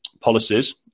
policies